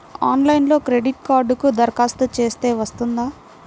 ఆన్లైన్లో క్రెడిట్ కార్డ్కి దరఖాస్తు చేస్తే వస్తుందా?